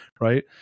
Right